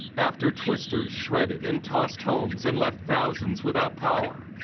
after twisters shredded and tossed homes and left thousands without power.